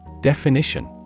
Definition